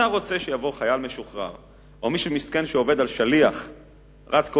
אתה רוצה שיבוא חייל משוחרר או מישהו מסכן שעובד כשליח ורץ כל